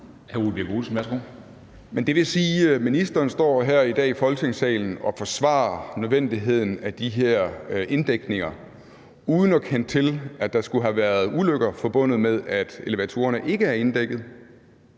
Men det vil sige, at ministeren står her i dag i Folketingssalen og forsvarer nødvendigheden af de her inddækninger uden at kende til, at der skulle have været ulykker forbundet med, at elevatorerne ikke er inddækket.